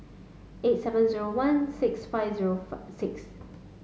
eight seven zero one six five zero six